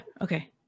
Okay